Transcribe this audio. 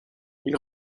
ils